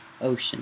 Ocean